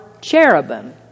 cherubim